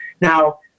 Now